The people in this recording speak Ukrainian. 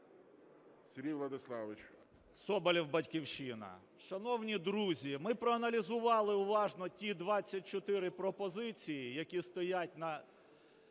Соболєв, "Батьківщина". Шановні друзі, ми проаналізували уважно ті 24 пропозиції, які стоять на